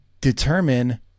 determine